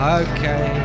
okay